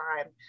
time